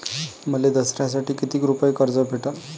मले दसऱ्यासाठी कितीक रुपये कर्ज भेटन?